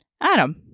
Adam